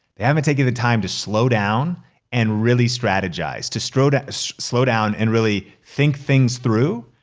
they haven't taken the time to slow down and really strategize, to slow to slow down and really think things through,